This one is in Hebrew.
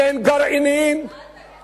אם אין גרעינים, אל תגיד את זה.